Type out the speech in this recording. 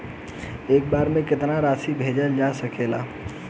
एक बार में केतना राशि भेजल जा सकेला?